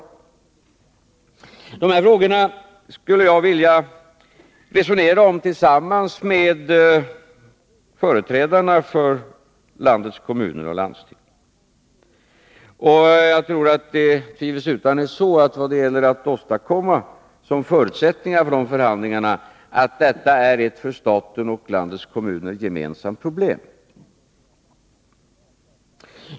Dessa frågor skulle jag vilja resonera om tillsammans med företrädare för landets kommuner och landsting. Vad det tvivelsutan gäller att åstadkomma som förutsättningar för de förhandlingarna är en insikt om att detta är ett för staten och landets kommuner gemensamt problem.